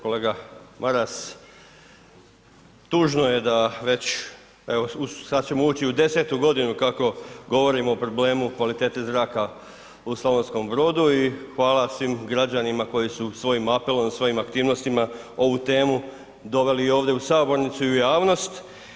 Kolega Maras, tužno je da već evo sada ćemo ući u desetu godinu kako govorimo o problemu kvalitete zraka u Slavonskom Brodu i hvala svim građanima koji su svojim apelom, svojim aktivnostima ovu temu doveli ovdje u sabornicu i u javnost.